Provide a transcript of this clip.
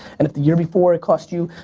and if the year before it cost you,